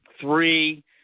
three